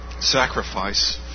sacrifice